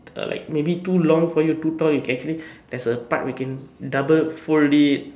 a like maybe too long for you too tall you can actually there's a tuck where you can double fold it